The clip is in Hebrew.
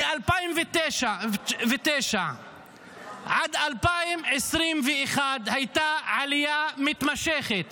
מ-2009 עד 2021 הייתה עלייה מתמשכת